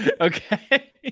Okay